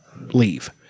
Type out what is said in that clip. leave